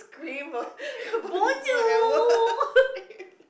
cream will put this word at work